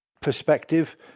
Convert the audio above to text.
perspective